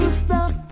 stop